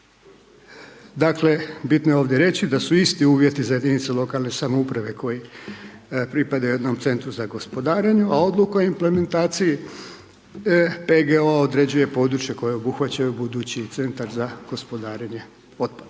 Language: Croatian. Dakle, bitno je ovdje reći da su isti uvjeti za jedinice lokalne samouprave koji pripadaju jednom CGO, a odluka o implementaciji, PGO određuje područje koje obuhvaćaju budući CGO. Propisuje se